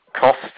cost